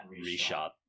reshot